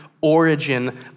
origin